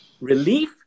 Relief